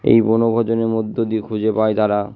এই বনভোজনের মধ্য দিয়ে খুঁজে পায় তারা